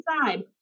inside